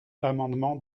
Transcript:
amendement